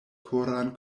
koran